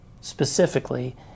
specifically